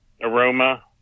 aroma